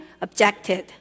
objected